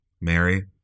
Mary